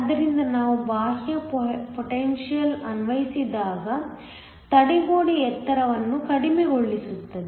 ಆದ್ದರಿಂದ ನಾವು ಬಾಹ್ಯ ಪೊಟೆನ್ಶಿಯಲ್ ಅನ್ವಯಿಸಿದಾಗ ತಡೆಗೋಡೆ ಎತ್ತರವನ್ನು ಕಡಿಮೆಗೊಳಿಸಲಾಗುತ್ತದೆ